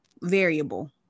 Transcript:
variable